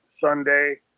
Sunday